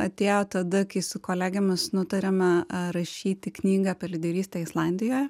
atėjo tada kai su kolegėmis nutarėme rašyti knygą apie lyderystę islandijoj